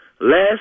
last